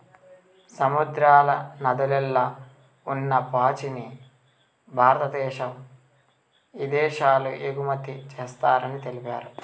సముద్రాల, నదుల్ల ఉన్ని పాచిని భారద్దేశం ఇదేశాలకు ఎగుమతి చేస్తారని తెలిపారు